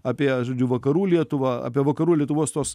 apie žodžiu vakarų lietuvą apie vakarų lietuvos tos